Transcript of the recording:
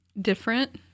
Different